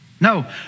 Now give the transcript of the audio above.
No